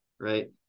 Right